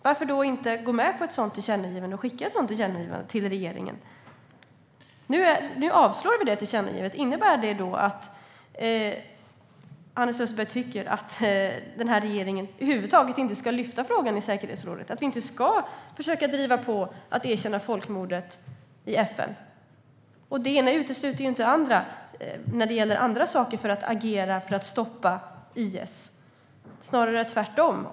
Varför då inte gå med på att skicka ett sådant tillkännagivande till regeringen? Nu avslår vi tillkännagivandet. Innebär det att Anders Österberg tycker att regeringen inte ska lyfta frågan i säkerhetsrådet och att vi inte ska driva på för att få folkmordet erkänt i FN? Det ena utesluter inte det andra i andra sammanhang när det gäller att agera för att stoppa IS - snarare tvärtom.